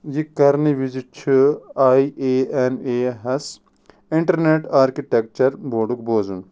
یہِ کرنہٕ وِزۍ چھُ آے اے ایٚن اے ہَس انٹرنیٚٹ آرکِٹیٚکچر بورڈُک بوزُن